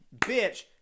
bitch